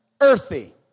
earthy